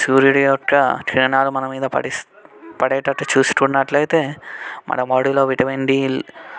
సూర్యుడు యొక్క కిరణాలు మన మీద పడేసి పడేటట్టు చూసుకున్నట్లయితే మన బాడీలో విటమిన్ డి